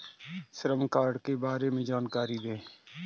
श्रम कार्ड के बारे में जानकारी दें?